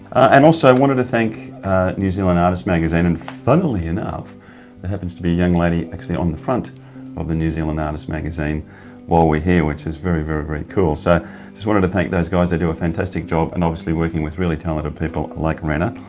and also, i wanted to thank new zealand artist magazine. and funnily enough, there happens to be a young lady actually on the front of the new zealand artist magazine while we're here, which is very, very, very cool. i so just wanted to thank those guys they do a fantastic job, and obviously working with really talented people like reina.